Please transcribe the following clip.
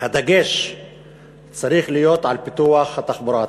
הדגש צריך להיות על פיתוח התחבורה הציבורית.